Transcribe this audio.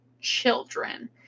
children